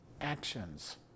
actions